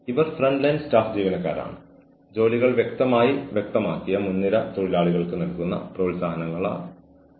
നിങ്ങൾക്ക് എന്നോട് വന്ന് സംസാരിക്കണമെന്ന് തോന്നുന്ന ഒരു ഘട്ടത്തിലേക്ക് സാഹചര്യം എത്തി